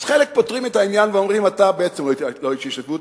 אז חלק פותרים את העניין ואומרים: אתה בעצם לא איש התיישבות,